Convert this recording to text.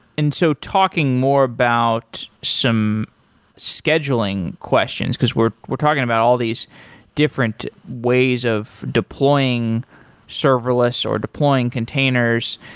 and so talking more about some scheduling questions, because we're we're talking about all these different ways of deploying serverless, or deploying containers,